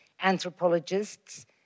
anthropologists